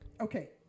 Okay